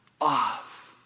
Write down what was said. off